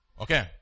Okay